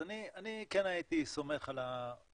אז אני כן הייתי סומך על ההערכות.